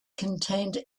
contained